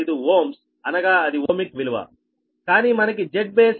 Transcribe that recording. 5Ω అనగా అది ఓమిక్ విలువ కానీ మనకి Z బేస్ 10